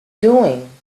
doing